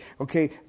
okay